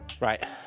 right